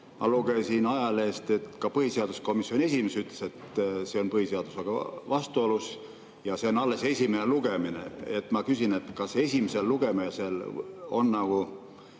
Ma lugesin ajalehest, et põhiseaduskomisjoni esimees ütles samuti, et see on põhiseadusega vastuolus. See on alles esimene lugemine. Ma küsin, kas esimesel lugemisel on õigusele